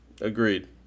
Agreed